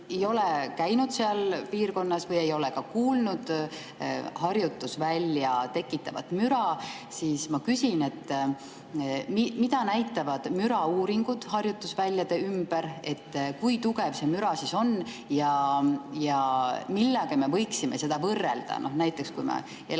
ei ole käinud seal piirkonnas või ei ole ka kuulnud harjutusvälja tekitatavat müra, ma küsin. Mida näitavad mürauuringud harjutusväljade ümber, kui tugev see müra siis on? Millega me võiksime seda võrrelda? Näiteks, kui ma elan